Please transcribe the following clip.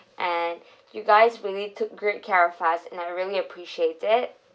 and you guys really took great care of us and I really appreciate it